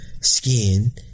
skin